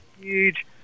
huge